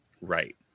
Right